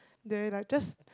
they like just